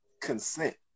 consent